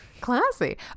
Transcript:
Classy